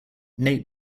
nate